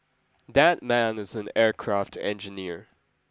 that man is an aircraft engineer